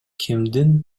кимдин